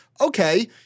okay